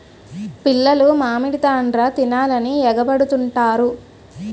పిల్లలు మామిడి తాండ్ర తినాలని ఎగబడుతుంటారు